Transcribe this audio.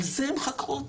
על זה הם חקרו אותי,